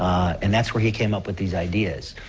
and that's where he came up with these ideas.